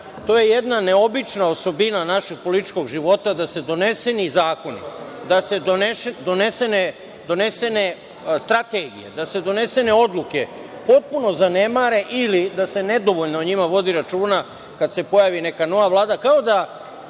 To je jedna neobična osobina našeg političkog života, da se doneseni zakoni, da se donesene strategije, da se donesene odluke potpuno zanemare ili da se nedovoljno o njima vodi računa kada se pojavi neka nova Vlada,